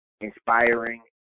inspiring